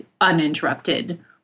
uninterrupted